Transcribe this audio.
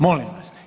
Molim vas!